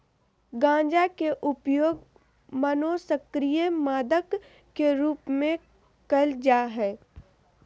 गंजा के उपयोग मनोसक्रिय मादक के रूप में कयल जा हइ